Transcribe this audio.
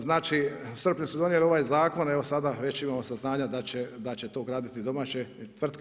Znači u srpnju su donijeli ovaj zakon evo sada već imamo saznanja da će to graditi domaće tvrtke.